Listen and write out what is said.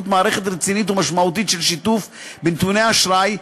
מערכת רצינית ומשמעותית של שיתוף בנתוני אשראי,